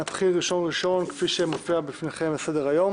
נתחיל בראשון, כפי שמופיע לפניכם בסדר היום